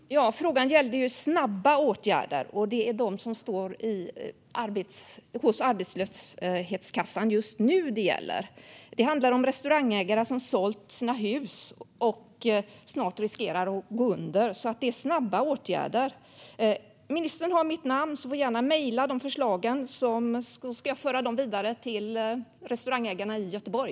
Fru talman! Frågan gällde snabba åtgärder, och det är dem som står hos arbetslöshetskassan just nu som det handlar om. Det handlar om restaurangägare som sålt sina hus och snart riskerar att gå under, så det är snabba åtgärder som behövs. Ministern har mitt namn, så hon får gärna mejla förslagen till mig och så ska jag föra dem vidare till restaurangägarna i Göteborg.